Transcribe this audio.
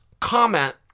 comment